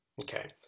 Okay